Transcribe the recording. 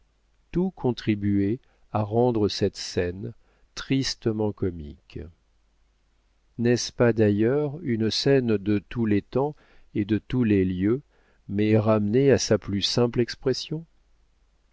tout contribuait à rendre cette scène tristement comique n'est-ce pas d'ailleurs une scène de tous les temps et de tous les lieux mais ramenée à sa plus simple expression